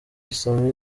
izaba